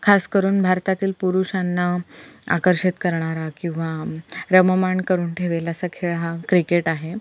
खास करून भारतातील पुरुषांना आकर्षित करणारा किंवा रममाण करून ठेवेल असा खेळ हा क्रिकेट आहे